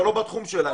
זה לא בתחום שלהם.